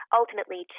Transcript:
ultimately